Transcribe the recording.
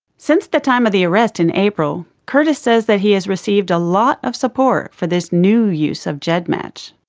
since the time of the arrest in april, curtis says that he has received a lot of support for this new use of gedmatch.